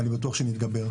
ואני בטוח שנתגבר.